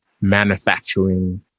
manufacturing